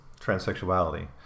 transsexuality